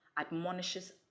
admonishes